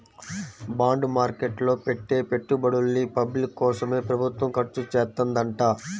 bond market లో పెట్టే పెట్టుబడుల్ని పబ్లిక్ కోసమే ప్రభుత్వం ఖర్చుచేత్తదంట